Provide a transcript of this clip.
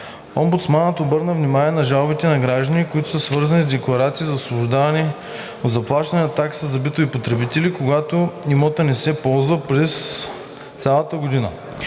Омбудсманът обърна внимание на жалби на граждани, които са свързани с декларациите за освобождаване от заплащане на таксата за битовите отпадъци, когато имотът не се ползва през цялата година.